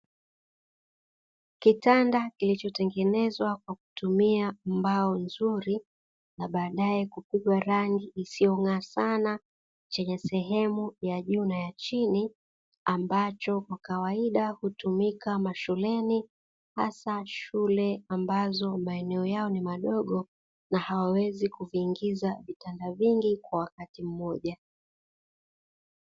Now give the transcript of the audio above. Kitanda kilichotengenezwa kwa kutumia mbao nzuri na baadaye kupigwa rangi isiyong'aa sana chenye sehemu ya juu na ya chini ambacho kwa kawaida hutumika mashuleni hasa shule ambazo maeneo yao ni madogo na hawawezi kuviingiza vitanda vingi kwa wakati mmoja.